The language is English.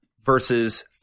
versus